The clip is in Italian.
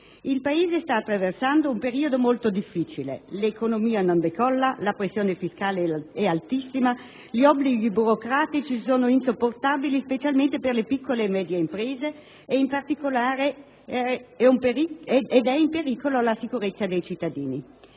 Il Paese sta attraversando un periodo molto difficile: l'economia non decolla, la pressione fiscale è altissima, gli obblighi burocratici sono insopportabili specialmente per le piccole e medie imprese ed è in pericolo la sicurezza dei cittadini.